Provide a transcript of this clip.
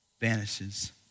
vanishes